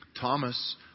Thomas